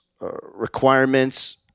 requirements